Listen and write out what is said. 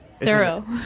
Thorough